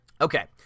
Okay